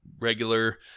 regular